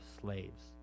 slaves